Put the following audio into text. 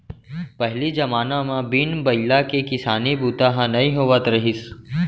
पहिली जमाना म बिन बइला के किसानी बूता ह नइ होवत रहिस